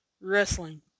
wrestling